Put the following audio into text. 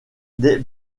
des